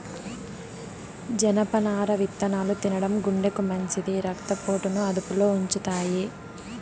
జనపనార విత్తనాలు తినడం గుండెకు మంచిది, రక్త పోటును అదుపులో ఉంచుతాయి